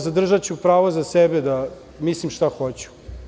Zadržaću pravo za sebe da mislim šta hoću.